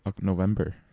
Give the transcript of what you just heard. November